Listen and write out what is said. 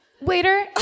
Waiter